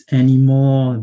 anymore